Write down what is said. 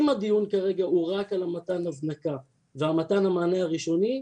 אם הדיון כרגע הוא רק על מתן הזנקה ומתן המענה הראשוני,